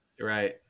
Right